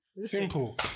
Simple